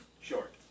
short